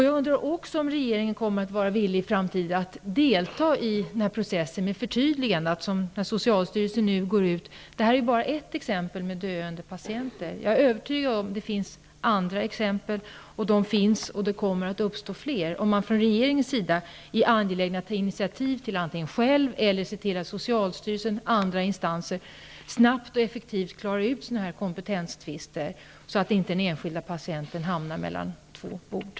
Jag undrar också om regeringen kommer att vara villig att i framtiden delta i denna process med förtydliganden. Detta med döende patienter som skickas hem är bara ett exempel. Jag är övertygad om att det finns andra, och det kommer att uppstå fler. Är man från regeringens sida angelägen att ta initiativ själv eller se till att socialstyrelsen och andra instanser snabbt och effektivt klarar ut kompetenstvister av detta slag, så att inte enskilda patienter hamnar mellan två stolar?